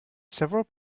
several